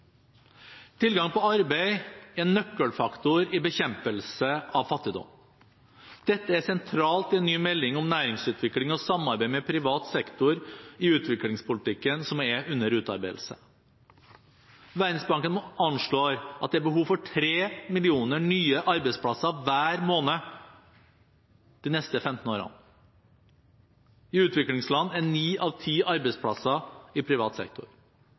Tilgang på arbeid er en nøkkelfaktor i bekjempelse av fattigdom. Dette er sentralt i en ny melding om næringsutvikling og samarbeid med privat sektor i utviklingspolitikken som er under utarbeidelse. Verdensbanken anslår at det er behov for tre millioner nye arbeidsplasser hver måned de neste 15 årene. I utviklingsland er ni av ti arbeidsplasser i privat sektor.